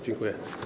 Dziękuję.